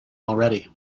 already